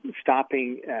stopping